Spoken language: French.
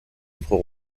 autres